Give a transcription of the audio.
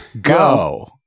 Go